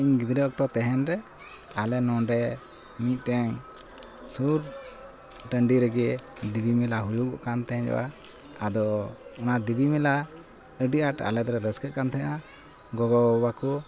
ᱤᱧ ᱜᱤᱫᱽᱨᱟᱹ ᱚᱠᱛᱚ ᱛᱟᱦᱮᱱᱨᱮ ᱟᱞᱮ ᱱᱚᱸᱰᱮ ᱢᱤᱫᱴᱮᱱ ᱥᱩᱨ ᱴᱟᱺᱰᱤ ᱨᱮᱜᱮ ᱫᱤᱵᱤᱢᱮᱞᱟ ᱦᱩᱭᱩᱜᱠᱟᱱ ᱛᱮᱦᱮᱱᱟ ᱟᱫᱚ ᱚᱱᱟ ᱫᱤᱵᱤᱢᱮᱞᱟ ᱟᱹᱰᱤ ᱟᱸᱴ ᱟᱞᱮᱫᱚᱞᱮ ᱨᱟᱹᱥᱠᱟᱹᱜ ᱠᱟᱱ ᱛᱮᱦᱮᱱᱟ ᱜᱚᱜᱚᱼᱵᱟᱵᱟ ᱠᱚ